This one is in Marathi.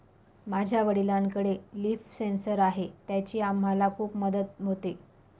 माझ्या वडिलांकडे लिफ सेन्सर आहे त्याची आम्हाला खूप मदत होते